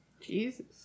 Jesus